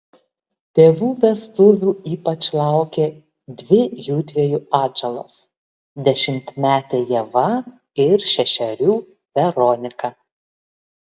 tėvų vestuvių ypač laukė dvi jųdviejų atžalos dešimtmetė ieva ir šešerių veronika